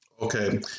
Okay